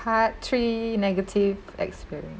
part three negative experience